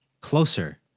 Closer